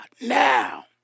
Now